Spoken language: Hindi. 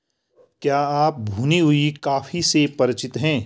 क्या आप भुनी हुई कॉफी से परिचित हैं?